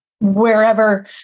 wherever